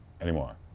anymore